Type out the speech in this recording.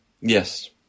Yes